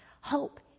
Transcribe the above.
Hope